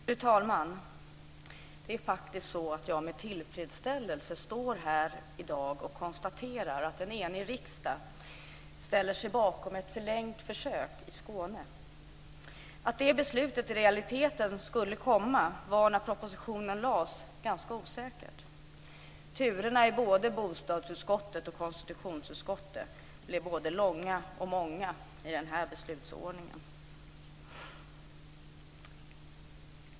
Fru talman! Det är faktiskt så att jag med tillfredsställelse står här i dag och konstaterar att en enig riksdag ställer sig bakom ett förlängt försök i Skåne. Att det beslutet i realiteten skulle komma var när propositionen lades fram ganska osäkert. Turerna i både bostadsutskottet och konstitutionsutskottet blev både långa och många i den här beslutsordningen.